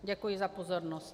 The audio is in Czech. Děkuji za pozornost.